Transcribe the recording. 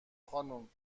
خانم